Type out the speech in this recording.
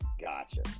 Gotcha